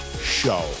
Show